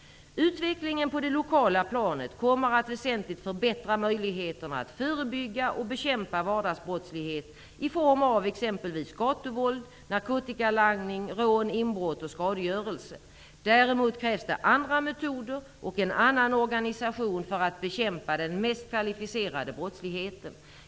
Utvecklingen på det lokala planet kommer att väsentligt förbättra möjligheterna att förebygga och bekämpa vardagsbrottslighet i form av exempelvis gatuvåld, narkotikalangning, rån, inbrott och skadegörelse. Däremot krävs det andra metoder och en annan organisation för att bekämpa den mest kvalificerade brottsligheten.